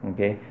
Okay